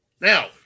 Now